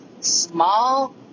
small